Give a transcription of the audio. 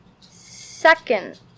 second